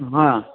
हा